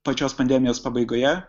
pačios pandemijos pabaigoje